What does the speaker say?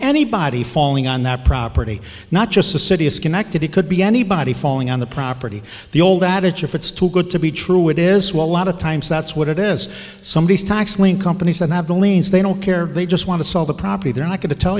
anybody falling on that property not just the city is connected it could be anybody falling on the property the old adage if it's too good to be true it is well a lot of times that's what it is somebodies tax lien companies that have been liens they don't care they just want to sell the property they're not going to tell